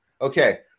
Okay